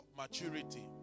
maturity